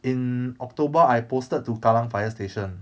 in october I posted to kallang fire station